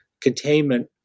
containment